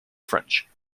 french